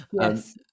Yes